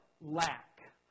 lack